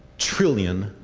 trillion.